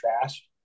trash